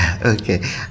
Okay